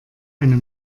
eine